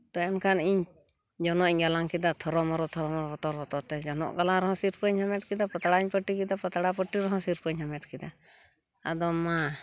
ᱛᱚ ᱮᱱᱠᱷᱟᱱ ᱤᱧ ᱡᱚᱱᱚᱜ ᱤᱧ ᱜᱟᱞᱟᱝ ᱠᱮᱫᱟ ᱛᱷᱚᱨᱚ ᱢᱚᱨᱚ ᱛᱷᱚᱨᱚ ᱢᱚᱨᱚ ᱵᱚᱛᱚᱨ ᱵᱚᱛᱚᱨᱛᱮ ᱡᱚᱱᱚᱜ ᱜᱟᱞᱟᱝ ᱨᱮᱦᱚᱸ ᱥᱤᱨᱯᱟᱹᱧ ᱦᱟᱢᱮᱴ ᱠᱮᱫᱟ ᱯᱟᱛᱲᱟᱧ ᱯᱟᱹᱴᱤ ᱠᱮᱫᱟ ᱯᱟᱛᱲᱟ ᱯᱟᱹᱴᱤ ᱨᱮᱦᱚᱸ ᱥᱤᱨᱯᱟᱹᱧ ᱦᱟᱢᱮᱴ ᱠᱮᱫᱟ ᱟᱫᱚ ᱢᱟ